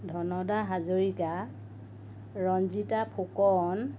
Dhanda Hazarika Ranjita Phukan